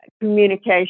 communication